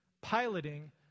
piloting